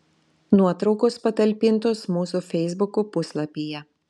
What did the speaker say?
nuotraukos patalpintos mūsų feisbuko puslapyje